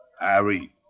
Harry